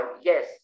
yes